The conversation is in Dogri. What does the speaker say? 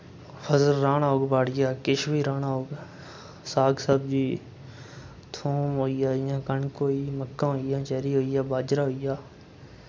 फसल राह्ना होग बाड़िया किश बी राह्ना होग साग सब्जी थूम होई गेआ जि'यां कनक होई मक्कां होई गेआ चरी होई गेआ बाजरा होई गेआ